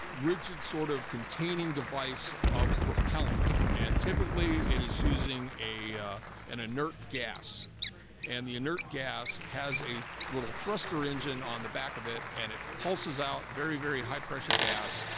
rigid sort of containing device of propellants and typically it is using a an inert gas and the inert gas has a little thrust per engine on the back of it and it pulses out very very high pressure gas